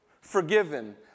forgiven